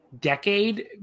decade